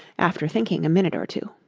after thinking a minute or two.